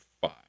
five